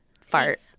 Fart